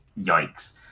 yikes